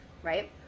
right